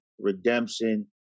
redemption